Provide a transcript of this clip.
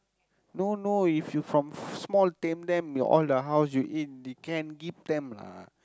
no no if you from small tame them your all the house you eat the can give them lah